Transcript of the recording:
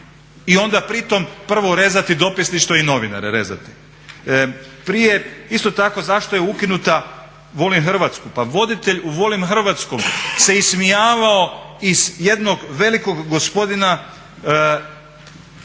I onda pri tome prvo rezati dopisništvo i novinare rezati. Prije, isto tako zašto je ukinuta "Volim Hrvatsku", pa voditelj u "Volim Hrvatsku" se ismijavao iz jednog velikog gospodina Milka